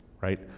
right